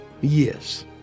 Yes